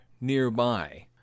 nearby